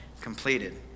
completed